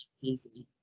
easy